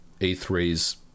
E3's